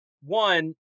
one